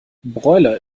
broiler